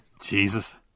Jesus